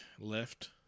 Left